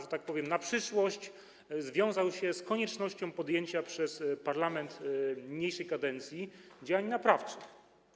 że tak powiem, przyszłość, wiązał się z koniecznością podjęcia przez parlament niniejszej kadencji działań naprawczych.